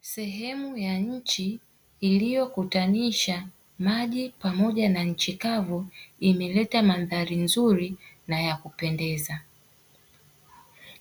Sehemu ya nchi iliyokutanisha maji pamoja na nchi kavu imeleta mandhari nzuri na ya kupendeza.